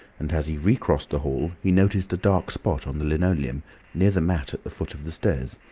and as he recrossed the hall, he noticed a dark spot on the linoleum near the mat at the foot of the stairs.